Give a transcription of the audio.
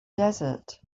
desert